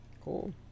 Cool